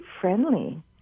friendly